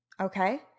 okay